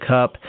Cup